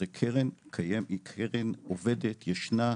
זה קרן, היא קרן עובדת, ישנה,